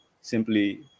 simply